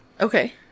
Okay